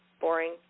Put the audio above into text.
boring